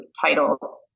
title